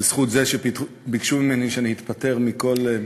בזכות זה שביקשו ממני שאני אתפטר מכל,